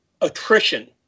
attrition